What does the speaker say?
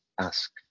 ask